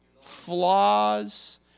Flaws